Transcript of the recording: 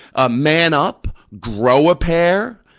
ah man up, grow a pair.